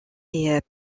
est